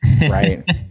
right